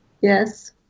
Yes